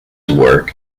work